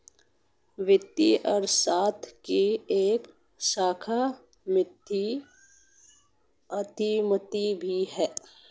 वित्तीय अर्थशास्त्र की एक शाखा वित्तीय अर्थमिति भी है